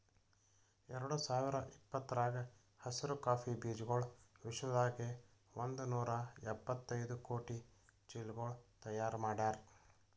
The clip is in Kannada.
ಎರಡು ಸಾವಿರ ಇಪ್ಪತ್ತರಾಗ ಹಸಿರು ಕಾಫಿ ಬೀಜಗೊಳ್ ವಿಶ್ವದಾಗೆ ಒಂದ್ ನೂರಾ ಎಪ್ಪತ್ತೈದು ಕೋಟಿ ಚೀಲಗೊಳ್ ತೈಯಾರ್ ಮಾಡ್ಯಾರ್